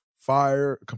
fire